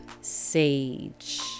sage